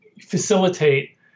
facilitate